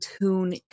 tune